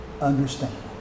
understand